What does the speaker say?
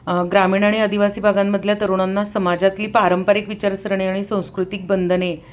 ग्रामीण आणि आदिवासी भागांमधल्या तरुणांना समाजातली पारंपरिक विचारसरणी आणि सांस्कृतिक बंधने